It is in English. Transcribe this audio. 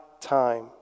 time